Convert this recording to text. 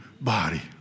body